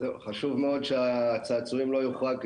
חשוב מאוד שהצעצועים לא יוחרגו,